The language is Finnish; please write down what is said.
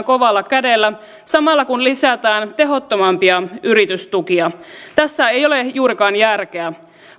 kovalla kädellä samalla kun lisätään tehottomampia yritystukia tässä ei ole juurikaan järkeä